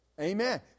Amen